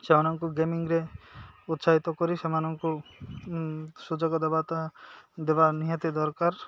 ସେମାନଙ୍କୁ ଗେମିଂରେ ଉତ୍ସାହିତ କରି ସେମାନଙ୍କୁ ସୁଯୋଗ ଦେବା ତ ଦେବା ନିହାତି ଦରକାର